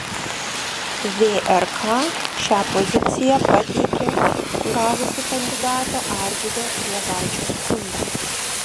vrk šią poziciją pateikė gavusi kandidato arvydo juozaičio skundą